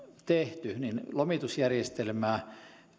tehty lomitusjärjestelmää